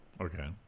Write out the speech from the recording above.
Okay